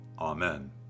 Amen